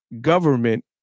government